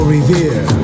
Revere